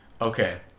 okay